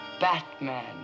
Batman